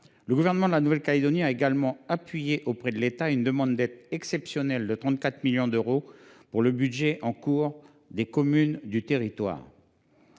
Le gouvernement de la Nouvelle Calédonie a également appuyé auprès de l’État une demande d’aide exceptionnelle de 34 millions d’euros pour le budget en cours des communes du territoire.